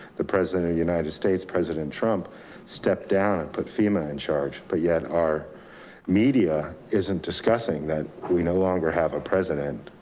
the united states, president trump stepped down and put fema in charge. but yet our media isn't discussing that we no longer have a president.